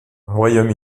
royaume